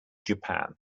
japan